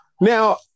Now